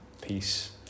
peace